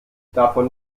davon